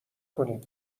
کنیم